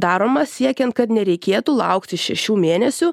daroma siekian kad nereikėtų laukti šešių mėnesių